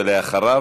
ואחריו,